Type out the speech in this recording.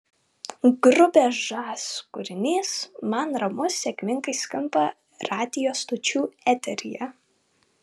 grupės žas kūrinys man ramu sėkmingai skamba radijo stočių eteryje